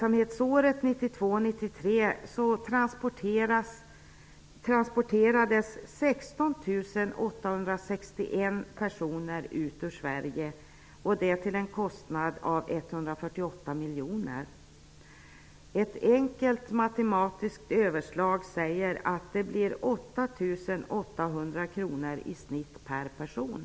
miljoner. Ett enkelt matematiskt överslag säger att det blev 8 800 kr i genomsnitt per person.